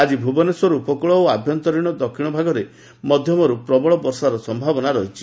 ଆଜି ଭୁବନେଶ୍ୱର ଉପକୂଳ ଓ ଆଭ୍ୟନ୍ତରୀଶ ଦକ୍ଷିଣ ଭାଗରେ ମଧ୍ଧମରୁ ପ୍ରବଳ ବର୍ଷାର ସମ୍ଭାବନା ରହିଛି